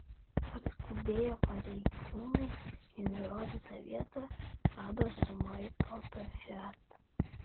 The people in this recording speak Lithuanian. atskubėję pareigūnai į nurodytą vietą rado sumaitotą fiat